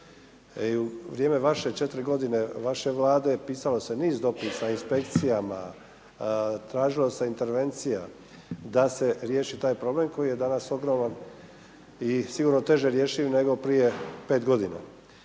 u vrijeme vaše, 4 godine vaše Vlade pisalo se niz dopisa inspekcijama, tražilo se intervencija da se riješi taj problem koji je danas ogroman i sigurno teže rješiv nego prije 5 godina.